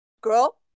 Girl